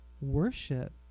worship